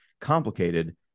complicated